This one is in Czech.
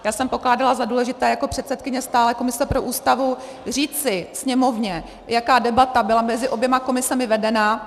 Já jsem pokládala za důležité jako předsedkyně stálé komise pro Ústavu říci Sněmovně, jaká debata byla mezi oběma komisemi vedena.